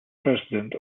president